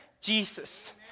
Jesus